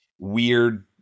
Weird